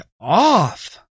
off